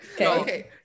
Okay